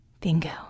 Bingo